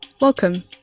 Welcome